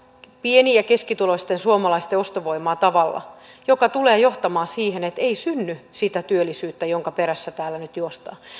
pieni ja keskituloisten suomalaisten ostovoimaa tavalla joka tulee johtamaan siihen että ei synny sitä työllisyyttä jonka perässä täällä nyt juostaan